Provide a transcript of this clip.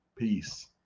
peace